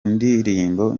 ndirimbo